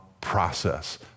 process